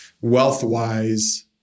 wealth-wise